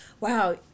wow